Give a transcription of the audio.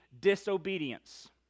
disobedience